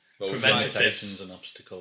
preventatives